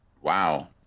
Wow